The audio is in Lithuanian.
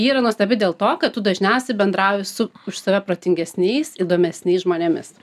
ji yra nuostabi dėl to kad tu dažniausiai bendrauji su už save protingesniais įdomesniais žmonėmis